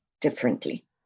differently